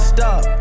Stop